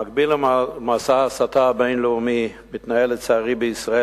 במקביל למסע ההסתה הבין-לאומי מתנהל בישראל,